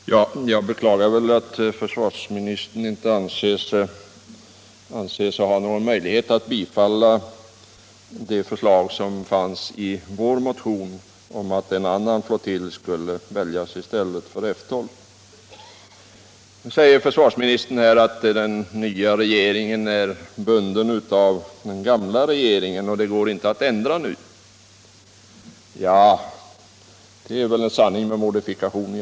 Herr talman! Jag beklagar att försvarsministern inte anser sig ha någon möjlighet att bifalla det förslag som fanns i vår motion om att en annan flottilj skulle väljas i stället för F 12. Nu säger försvarsministern att den nya regeringen är bunden av den gamla regeringen och att det inte går att ändra någonting. Ja, det är väl en sanning med modifikation.